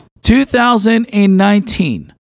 2019